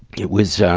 it was, ah,